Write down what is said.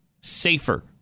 safer